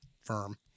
firm